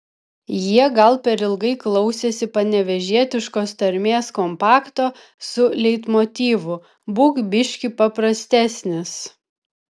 jie gal per ilgai klausėsi panevėžietiškos tarmės kompakto su leitmotyvu būk biškį paprastesnis